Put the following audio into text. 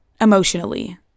emotionally